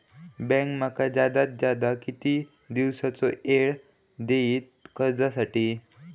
Bank माका जादात जादा किती दिवसाचो येळ देयीत कर्जासाठी?